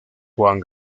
juan